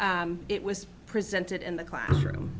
it was presented in the classroom